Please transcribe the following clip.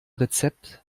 rezept